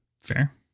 Fair